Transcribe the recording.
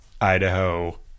Idaho